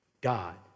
God